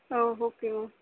O okay ma'am